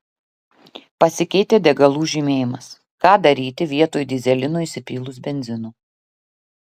pasikeitė degalų žymėjimas ką daryti vietoj dyzelino įsipylus benzino